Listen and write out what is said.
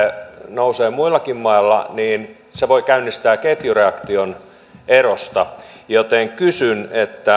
nousee muillakin mailla niin se voi käynnistää ketjureaktion erosta joten kysyn